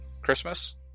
Christmas